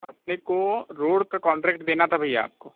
अपने को रोड का कॉन्ट्रैक्ट देना था भैया आपको